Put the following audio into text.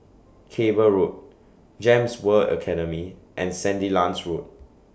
Cable Road Gems World Academy and Sandilands Road